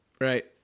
Right